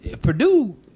Purdue